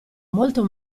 molto